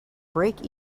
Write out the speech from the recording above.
break